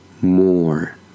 more